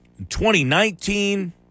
2019